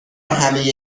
همهی